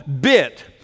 bit